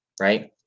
right